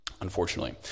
unfortunately